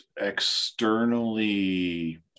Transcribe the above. externally